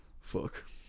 fuck